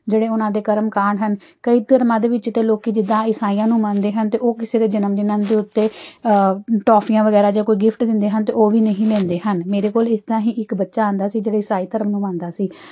ਜਿਹੜੇ ਉਹਨਾਂ ਦੇ ਕਰਮ ਕਾਂਡ ਹਨ ਕਈ ਧਰਮਾਂ ਦੇ ਵਿੱਚ ਤਾਂ ਲੋਕ ਜਿੱਦਾਂ ਇਸਾਈਆਂ ਨੂੰ ਮੰਨਦੇ ਹਨ ਅਤੇ ਉਹ ਕਿਸੇ ਦੇ ਜਨਮਦਿਨਾਂ ਦੇ ਉੱਤੇ ਟੋਫੀਆਂ ਵਗੈਰਾ ਜਾਂ ਕੋਈ ਗਿਫਟ ਦਿੰਦੇ ਹਨ ਅਤੇ ਉਹ ਵੀ ਨਹੀਂ ਲੈਂਦੇ ਹਨ ਮੇਰੇ ਕੋਲ ਇੱਦਾਂ ਹੀ ਇੱਕ ਬੱਚਾ ਆਉਂਦਾ ਸੀ ਜਿਹੜੇ ਇਸਾਈ ਧਰਮ ਨੂੰ ਮੰਨਦਾ ਸੀ